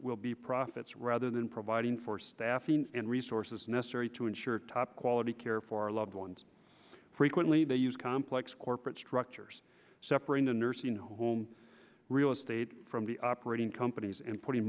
will be profits rather than providing for staff and resources necessary to ensure top quality care for loved ones frequently they use complex corporate structures separating a nursing home real estate from the operating companies and putting